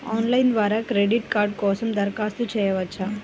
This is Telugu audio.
ఆన్లైన్ ద్వారా క్రెడిట్ కార్డ్ కోసం దరఖాస్తు చేయవచ్చా?